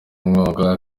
nkunga